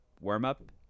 warm-up